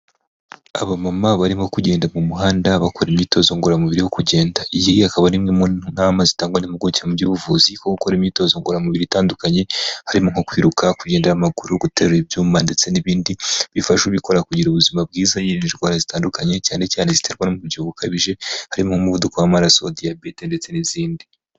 Abamama barimo kugenda mu muhanda bakora imyitozo ngororamubiri yo kugenda , iyi akaba imwe mu nama zitangwa impuguke mu by'ubuvuzi kuko gukora imyitozo ngoramubiri itandukanye, harimo nko kwiruka kugenda n'amaguru guterura ibyuma ndetse n'ibindi ,bifasha ubikora kugira ubuzima bwiza yirinda indwara zitandukanye cyane cyane ziterwa n'umubyiho ukabije, harimo umuvuduko w'amaraso diyabete ndetse n'izindi